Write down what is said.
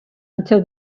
until